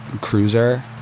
cruiser